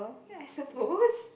ya I suppose